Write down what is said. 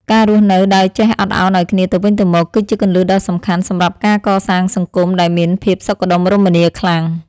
ការរស់នៅដោយចេះអត់ឱនឱ្យគ្នាទៅវិញទៅមក គឺជាគន្លឹះដ៏សំខាន់សម្រាប់ការកសាងសង្គមដែលមានភាពសុខដុមរមនាខ្លាំង។